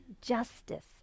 justice